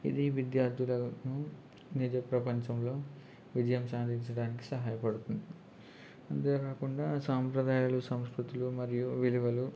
ఇది విద్యార్థులను నిజ ప్రపంచంలో విజయం సాధించడానికి సహాయపడుతుంది అంతేకాకుండా సాంప్రదాయాలు సంస్కృతులు మరియు విలువలు